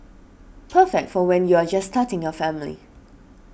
perfect for when you're just starting a family